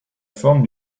forme